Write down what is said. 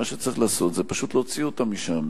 מה שצריך לעשות זה פשוט להוציא אותם משם,